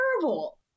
terrible